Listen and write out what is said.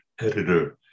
editor